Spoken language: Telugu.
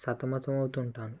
సతమతం అవుతుంటాను